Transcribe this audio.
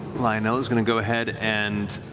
lionel's going to go ahead and